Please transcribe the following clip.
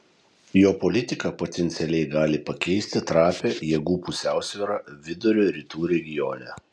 jo politika potencialiai gali pakeisti trapią jėgų pusiausvyrą vidurio rytų regione